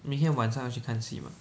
明天晚上要去看戏 mah